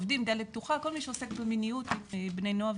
"דלת פתוחה",